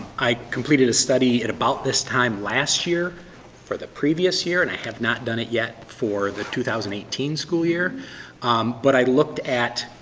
i completed a study at about this time last year for the previous year and i have not done it yet for the two thousand and eighteen school year but i looked at,